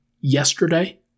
yesterday